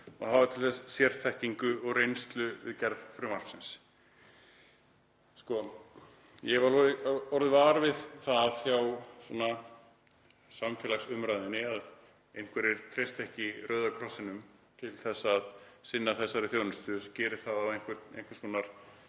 og hafa til þess sérþekkingu og reynslu við gerð frumvarpsins. Ég hef orðið var við það í samfélagsumræðunni að einhverjir treysti ekki Rauða krossinum til að sinna þessari þjónustu, gera það með einhvers konar